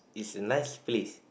it's a nice place